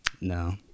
No